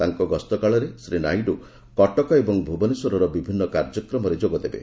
ତାଙ୍କ ଗସ୍ତ କାଳରେ ଶ୍ରୀ ନାଇଡ଼ୁ କଟକ ଏବଂ ଭୁବନେଶ୍ୱରର ବିଭିନ୍ନ କାର୍ଯ୍ୟକ୍ରମରେ ଯୋଗଦେବେ